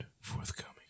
Forthcoming